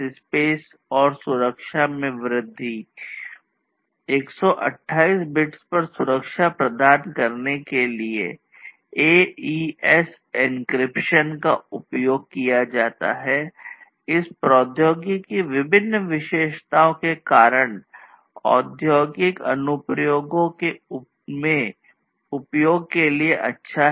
slides समाधान का समर्थन करता है